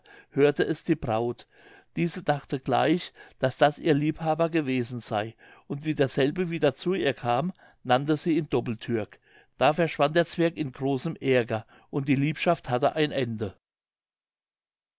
hörte es die braut diese dachte gleich daß das ihr liebhaber gewesen sey und wie derselbe wieder zu ihr kam nannte sie ihn doppeltürk da verschwand der zwerg in großem aerger und die liebschaft hatte ein ende